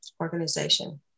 organization